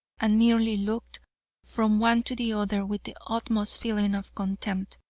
and merely looked from one to the other with the utmost feeling of contempt.